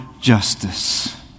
justice